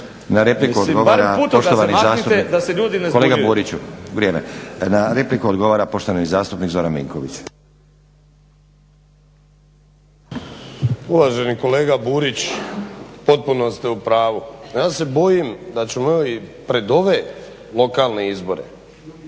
Na repliku odgovara poštovani zastupnik Zoran Vinković. **Vinković, Zoran (HDSSB)** Uvaženi kolega Burić potpuno ste u pravu. Ja se bojim da ćemo i pred ove lokalne izbore,